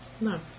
No